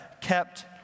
kept